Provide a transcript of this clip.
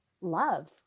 love